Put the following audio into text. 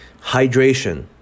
Hydration